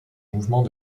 mouvements